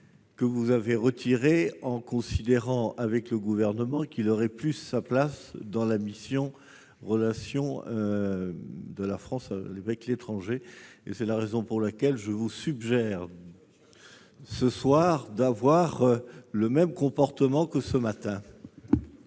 que vous avez retiré, considérant avec le Gouvernement qu'il aurait plus sa place dans la mission « Action extérieure de l'État ». C'est la raison pour laquelle je vous suggère, ce soir, d'avoir le même comportement que ce matin